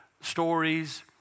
stories